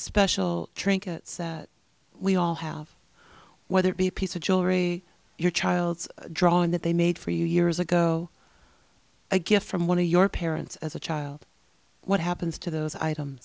special trinkets we all have whether it be a piece of jewelry your child's drawing that they made for you years ago a gift from one of your parents as a child what happens to those item